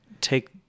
take